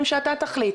הפרמטרים שאתה תחליט,